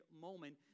moment